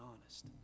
honest